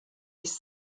his